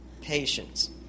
patience